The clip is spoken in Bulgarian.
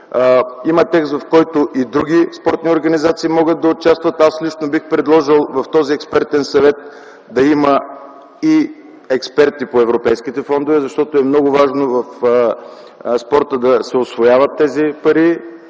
Има текст, в който и други спортни организации могат да участват. Аз лично бих предложил в този експертен съвет да има и експерти по европейските фондове, защото е много важно в спорта да се усвояват тези пари,